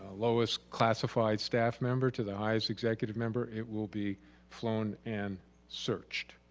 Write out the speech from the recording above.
lowest classified staff member to the highest executive member, it will be flown and searched.